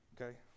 okay